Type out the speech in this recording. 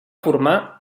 formar